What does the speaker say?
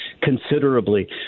considerably